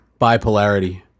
Bipolarity